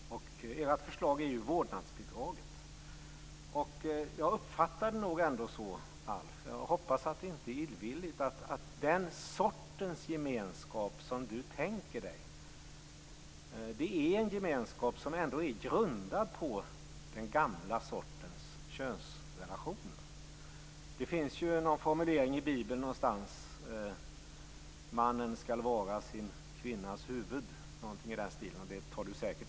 Ert förslag är vårdnadsbidraget. Jag uppfattar det nog ändå så - jag hoppas att det inte är illvilligt - att den sorts gemenskap som Alf Svensson tänker sig är en gemenskap som är grundad på den gamla sortens könsrelationer. I Bibeln står det att mannen skall vara sin kvinnas huvud, eller något i den stilen.